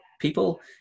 people